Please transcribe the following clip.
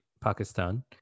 Pakistan